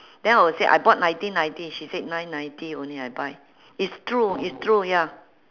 then I will say I bought nineteen ninety she said nine ninety only I buy it's true it's true ya